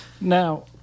Now